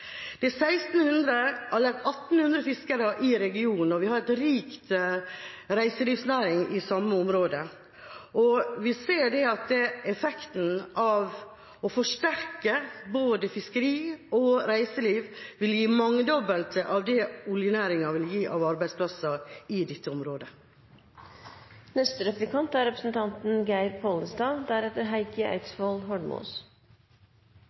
Det er 1 800 fiskere i regionen, og vi har en rik reiselivsnæring i samme område. Vi ser at effekten av å forsterke både fiskeri og reiseliv vil gi det mangedobbelte av det oljenæringen vil gi av arbeidsplasser i dette området. Det er